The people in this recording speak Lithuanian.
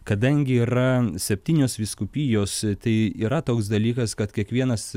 kadangi yra septynios vyskupijos tai yra toks dalykas kad kiekvienas